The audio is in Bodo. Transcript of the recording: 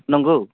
नोंगौ